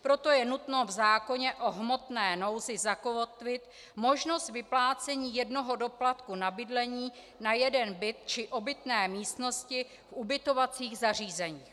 Proto je nutno v zákoně o hmotné nouzi zakotvit možnost vyplácení jednoho doplatku na bydlení na jeden byt či obytné místnosti v ubytovacích zařízeních.